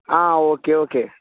ആ okay okay